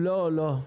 לא,